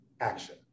action